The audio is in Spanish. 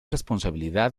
responsabilidad